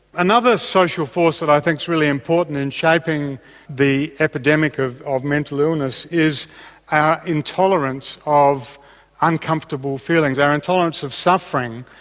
another social force that i think is really important in shaping the epidemic of of mental illness is our intolerance of uncomfortable feelings, our intolerance of suffering,